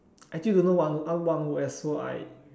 I actually don't know what what I want work as so I